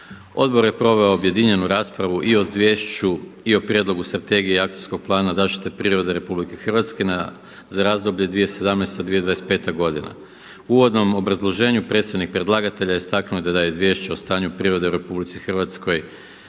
Odbor je proveo objedinjenu raspravu i o Izvješću i o prijedlogu strategije i Akcijskog plana zaštite prirode RH za razdoblje 2017.-2025. godina. U uvodnom obrazloženju predsjednik predlagatelja istaknuo je da je Izvješće o stanju prirode u RH za